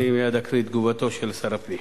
אני מייד אקריא את תגובתו של שר הפנים.